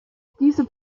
diese